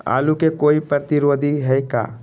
आलू के कोई प्रतिरोधी है का?